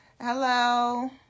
Hello